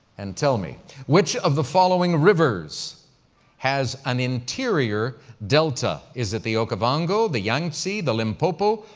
and tell me which of the following rivers has an interior delta? is it the okavango, the yangtze, the limpopo,